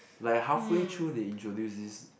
like halfway through they introduce this